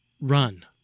run